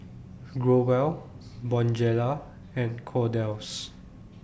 Growell Bonjela and Kordel's